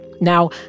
Now